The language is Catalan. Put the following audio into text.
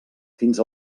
fins